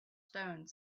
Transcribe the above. stone